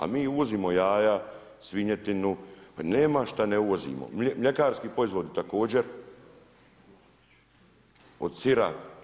A mi uvozimo jaja, svinjetinu, nema šta ne uvozimo, mljekarski proizvodi također, od sira.